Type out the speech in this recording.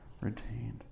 retained